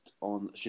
on